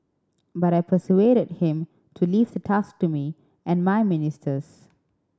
but I persuaded him to leave the task to me and my ministers